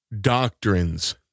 doctrines